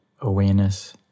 awareness